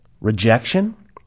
rejection